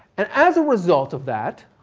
and as a result of that,